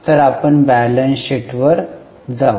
तर आपण बॅलन्स शीटवर जाऊ